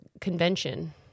convention